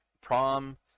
prom